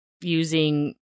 using